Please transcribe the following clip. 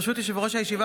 ברשות יושב-ראש הישיבה,